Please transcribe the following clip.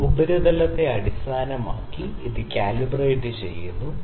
ഈ ഉപരിതലത്തെയും അടിസ്ഥാനമാക്കി ഇത് കാലിബ്രേറ്റ് ചെയ്യുന്നു